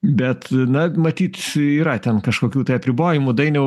bet na matyt yra ten kažkokių tai apribojimų dainiau